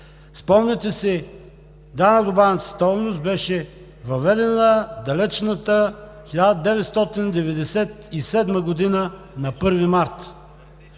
Спомняте си, че данък добавената стойност беше въведен в далечната 1994 г. на 1 март.